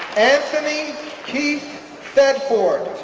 anthony keith thedford